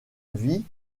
vie